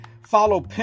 follow